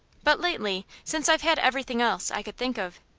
but lately, since i've had everything else i could think of,